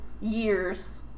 Years